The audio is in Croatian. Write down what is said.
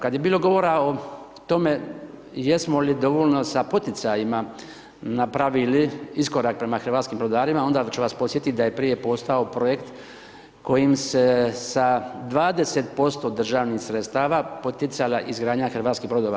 Kad je bilo govora o tome jesmo li dovoljno sa poticanjima napravili iskorak prema hrvatskim brodarima, onda ću vas podsjetiti da je prije postojao projekt kojim se sa 2'% državnih sredstava poticala izgradnja hrvatskih brodova.